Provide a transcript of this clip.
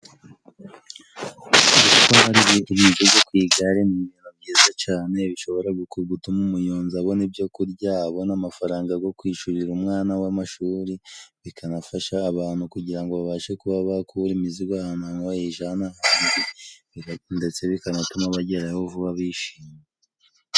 Hari ibindi ntigeze ku igare byiza cane bishobora gutuma umunyonzi abona ibyo kurya abona amafaranga go kwishyurira umwana w'amashuri bikanafasha abantu kugira babashe kuba bakura imizigo ahantu hamwe bayijana handi ndetse bikanatuma abagerayo vuba bishimye